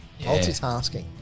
multitasking